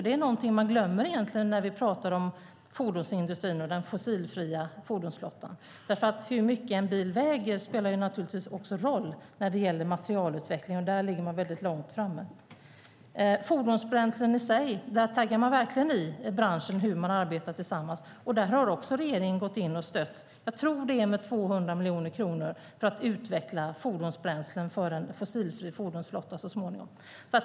Det är något man glömmer när man talar om fordonsindustrin och den fossilfria fordonsflottan. Hur mycket en bil väger spelar naturligtvis också en roll när det gäller materialutveckling, och där ligger man väldigt långt framme. När det gäller fordonsbränslen i sig taggar man verkligen i branschen hur man arbetar tillsammans, och där har också regeringen gått in och stött med 200 miljoner kronor, tror jag, för att utveckla fordonsbränslen för en fossilfri fordonsflotta så småningom.